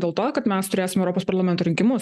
dėl to kad mes turėsim europos parlamento rinkimus